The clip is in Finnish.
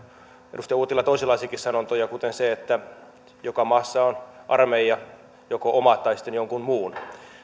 edustaja uotila toisenlaisiakin sanontoja kuten se että joka maassa on armeija joko oma tai sitten jonkun muun